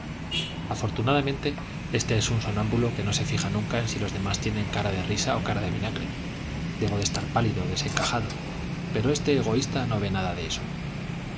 afortunadamente éste es un sonámbulo que no se fija nunca en si los demás tienen cara de risa o cara de vinagre debo de estar pálido desencajado pero este egoísta no ve nada de eso